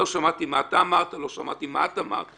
לא שמעתי מה אתה אמרת, לא שמעתי מה את אמרת.